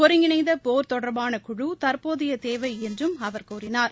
ஒருங்கிணைந்த போர் தொடர்பான குழு தற்போதைய தேவை என்றும் அவர் கூறினார்